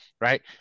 right